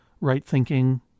right-thinking